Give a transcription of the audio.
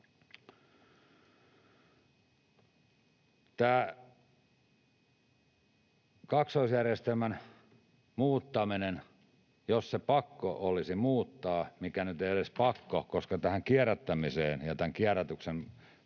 Tästä kaksoisjärjestelmän muuttamisesta — jos se pakko olisi muuttaa, eikä se edes pakko ole, koska tähän kierrättämiseen ja kierrätyksen